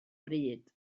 bryd